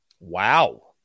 Wow